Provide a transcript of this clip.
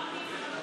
מה קרה?